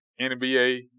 NBA